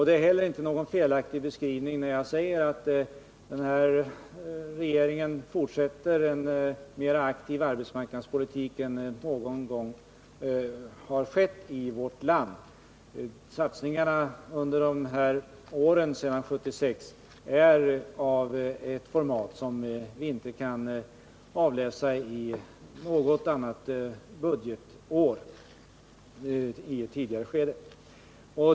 Det är heller ingen felaktig beskrivning när jag säger att den nuvarande regeringen fortsätter en mer aktiv arbetsmarknadspolitik än som någonsin tidigare förts i vårt land. Satsningarna under åren efter 1976 är av ett format som vi inte kan avläsa under något annat budgetår i ett tidigare skede.